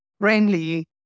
friendly